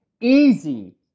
easy